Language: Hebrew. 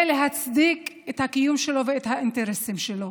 להצדיק את הקיום שלו ואת האינטרסים שלו.